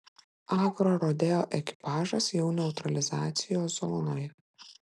agrorodeo ekipažas jau neutralizacijos zonoje